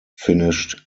finished